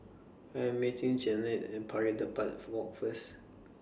I Am meeting Jeannette and Pari Dedap Walk First